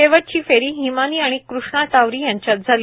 शेवटची फेरी हिमानी आणि कृष्णा टावरी यांच्यात झाली